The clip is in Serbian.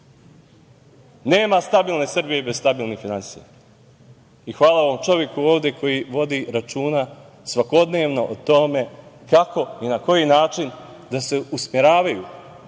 stabilne Srbije bez stabilnih finansija i hvala ovom čoveku ovde koji vodi računa svakodnevno o tome kako i na koji način da se usmeravaju